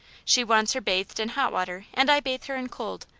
she wants her bathed in hot water, and i bathe her in cold.